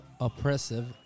oppressive